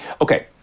Okay